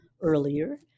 earlier